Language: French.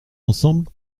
ensemble